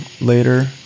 later